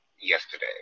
yesterday